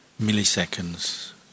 milliseconds